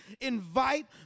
invite